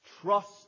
trust